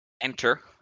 enter